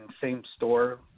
same-store